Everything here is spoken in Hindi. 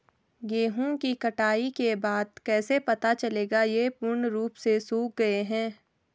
गेहूँ की कटाई के बाद कैसे पता चलेगा ये पूर्ण रूप से सूख गए हैं?